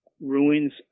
ruins